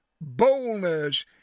boldness